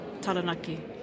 Taranaki